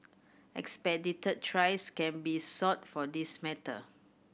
expedited trials can be sought for this matter